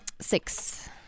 Six